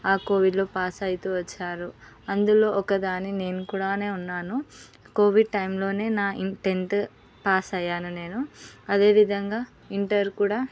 ఆ కోవిడ్లో పాస్ అవుతూ వచ్చారు అందులో ఒకదాన్ని నేను కూడా ఉన్నాను కోవిడ్ టైంలోనే నా టెన్త్ పాస్ అయ్యాను నేను అదే విధంగా ఇంటర్ కూడా